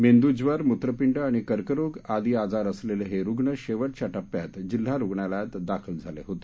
मेंदूज्वर मूत्रपिड आणि कर्करोग आदी आजार असलेले हे रुग्ण शेवटच्या टप्प्यात जिल्हा रुग्णालयात दाखल झाले होते